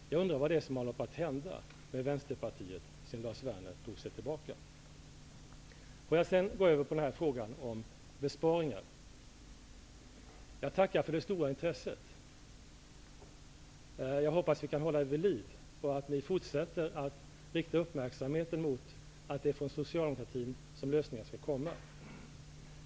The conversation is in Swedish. Jag undrar vad som håller på att hända med Låt mig så gå över till frågan om besparingar. Jag tackar för det stora intresset. Jag hoppas att vi kan hålla det vid liv, så att vi fortsätter att rikta uppmärksamheten mot att det är från socialdemokratin som lösningarna skall komma.